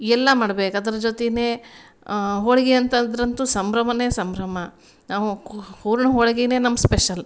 ಎಲ್ಲ ಮಾಡ್ಬೇಕು ಅದರ ಜೊತೆಗೇ ಹೋಳಿಗೆ ಅಂತಂದ್ರಂತೂ ಸಂಭ್ರಮವೋ ಸಂಭ್ರಮ ಹೂರ್ಣ ಹೋಳ್ಗೆಯೇ ನಮ್ಮ ಸ್ಪೆಶಲ್